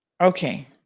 Okay